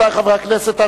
חברי הכנסת,